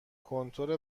کنتور